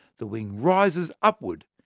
the wing rises upward,